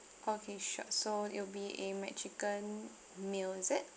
okay sure so it'll be a mac chicken meal is it